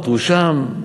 עתרו שם,